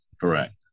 correct